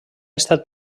estat